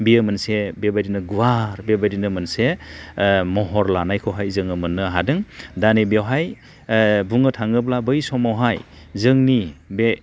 बियो मोनसे बेबायदिनो गुवार बेबायदिनो मोनसे महर लानायखौहाय जोङो मोननो हादों दा नैबेयावहाय बुंनो थाङोब्ला बै समावहाय जोंनि बे